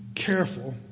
Careful